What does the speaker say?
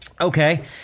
okay